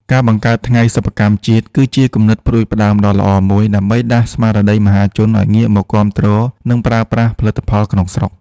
ការបង្កើត "ថ្ងៃសិប្បកម្មជាតិ" គឺជាគំនិតផ្ដួចផ្ដើមដ៏ល្អមួយ ដើម្បីដាស់ស្មារតីមហាជនឱ្យងាកមកគាំទ្រ និងប្រើប្រាស់ផលិតផលក្នុងស្រុក។